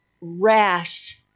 rash